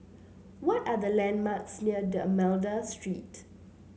what are the landmarks near D'Almeida Street